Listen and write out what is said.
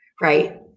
right